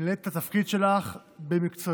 מילאת את התפקיד שלך במקצועיות,